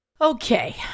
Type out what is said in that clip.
Okay